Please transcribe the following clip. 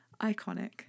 Iconic